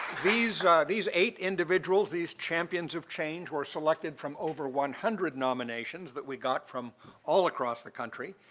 these these eight individuals, these champions of change, were selected from over one hundred nominations that we got from all across the country.